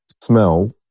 smell